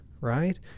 right